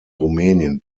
rumänien